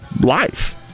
life